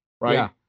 right